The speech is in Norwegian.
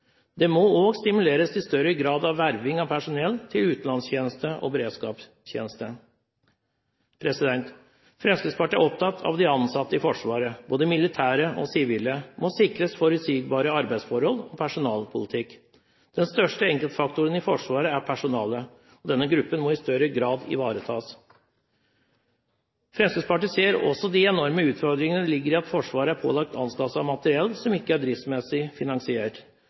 Det må også stimuleres til større grad av verving av personell til utenlandstjeneste og beredskapstjeneste. Fremskrittspartiet er opptatt av de ansatte i Forsvaret. Både militære og sivile må sikres forutsigbare arbeidsforhold og en forutsigbar personalpolitikk. Den største enkeltfaktoren i Forsvaret er personalet, og denne gruppen må i større grad ivaretas. Fremskrittspartiet ser også de enorme utfordringene som ligger i at Forsvaret er pålagt anskaffelser av materiell som ikke er driftsmessig